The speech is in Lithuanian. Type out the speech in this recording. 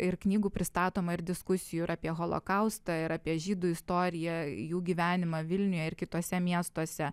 ir knygų pristatoma ir diskusijų ir apie holokaustą ir apie žydų istoriją jų gyvenimą vilniuje ir kituose miestuose